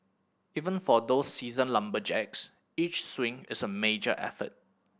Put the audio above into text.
even for those seasoned lumberjacks each swing is a major effort